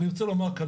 אני רוצה לומר כאן,